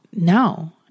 No